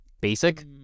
basic